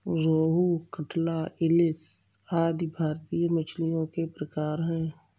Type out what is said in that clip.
रोहू, कटला, इलिस आदि भारतीय मछलियों के प्रकार है